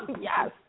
yes